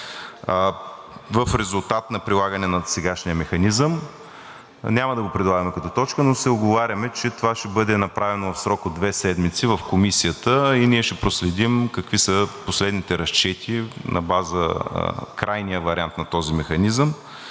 В резултат на прилагане на досегашния механизъм няма да го предлагаме като точка, но се уговаряме, че това ще бъде направено в срок от две седмици в Комисията и ние ще проследим какви са последните разчети на база крайния вариант на този механизъм